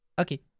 okay